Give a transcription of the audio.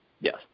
Yes